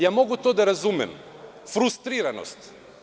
Ja mogu to da razumem, frustriranost.